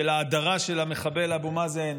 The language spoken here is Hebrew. של האדרה של המחבל אבו מאזן,